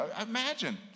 Imagine